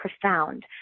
profound